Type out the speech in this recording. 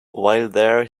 there